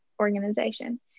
organization